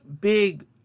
big